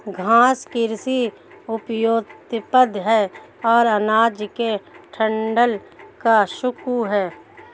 घास कृषि उपोत्पाद है और अनाज के डंठल का शंकु है